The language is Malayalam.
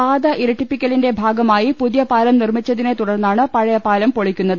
പാത ഇരട്ടിപ്പിക്കലിന്റെ ഭാഗമായി പുതി യപാലം നിർമ്മിച്ചതിനെ തുടർന്നാണ് പഴയപാലം പൊളിക്കുന്നത്